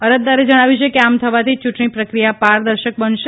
અરજદારે જણાવ્યું છે કે આમ થવાથી ચૂંટણી પ્રક્રિયા પારદર્શક બનશે